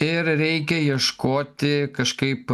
ir reikia ieškoti kažkaip